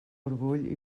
orgull